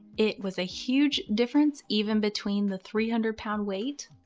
it was a huge difference even between the three hundred lb weight.